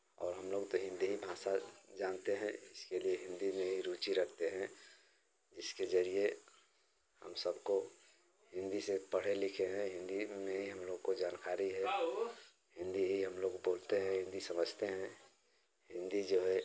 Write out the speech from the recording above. और हम लोग तो हिन्दी ही भाषा जानते हैं इसके लिए हिन्दी ही में रूचि रखते हैं इसके जरिए हम सबको हिन्दी से पढ़े लिखे हैं हिन्दी में ही हम लोग को जानकारी है हिन्दी ही हम लोग बोलते हैं हिन्दी समझते हैं हिन्दी जो है